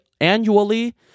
annually